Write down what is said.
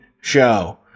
show